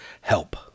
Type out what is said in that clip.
help